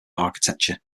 architecture